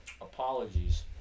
apologies